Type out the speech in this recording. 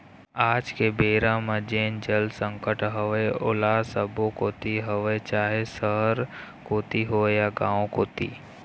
आज के बेरा म जेन जल संकट हवय ओहा सब्बो कोती हवय चाहे सहर कोती होय या गाँव कोती